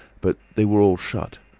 but they were all shut.